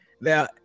Now